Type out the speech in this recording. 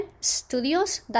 Studios